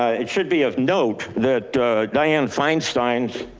it should be of note that diane feinsteins